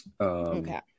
Okay